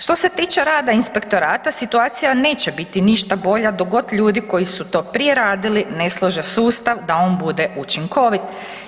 Što se tiče rada inspektorata situacija neće biti ništa bolja dok god ljudi koji su to prije radili ne slože sustav da on bude učinkovit.